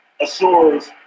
assures